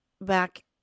back